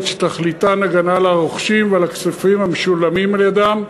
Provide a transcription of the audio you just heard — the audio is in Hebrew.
שתכליתן הגנה על הרוכשים ועל הכספים המשולמים על-ידם.